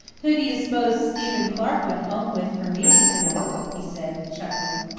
who do you s'pose stephen clark went home with from meeting to-night? he said, chuckling.